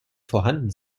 vorhanden